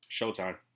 showtime